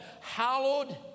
hallowed